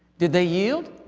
did they yield?